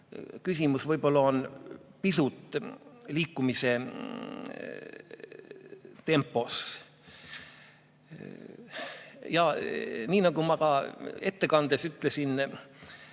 Küsimus võib-olla on pisut liikumise tempos. Nii nagu ma ka ettekandes ütlesin,